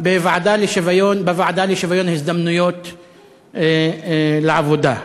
בוועדה לשוויון הזדמנויות בעבודה.